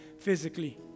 physically